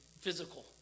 physical